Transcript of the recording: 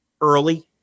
early